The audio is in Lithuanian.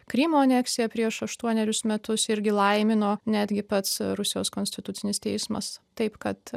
krymo aneksiją prieš aštuonerius metus irgi laimino netgi pats rusijos konstitucinis teismas taip kad